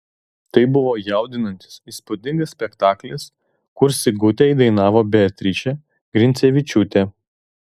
tai buvo jaudinantis įspūdingas spektaklis kur sigutę įdainavo beatričė grincevičiūtė